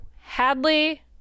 Hadley